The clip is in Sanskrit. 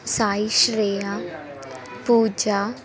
सायिश्रेया पूजा